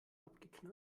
abgeknallt